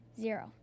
zero